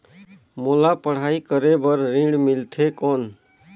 मोला पढ़ाई करे बर ऋण मिलथे कौन?